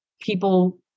people